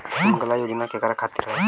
सुमँगला योजना केकरा खातिर ह?